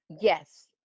Yes